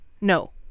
No